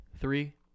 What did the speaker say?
Three